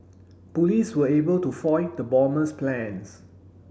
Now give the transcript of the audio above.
police were able to foil the bomber's plans